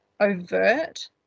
overt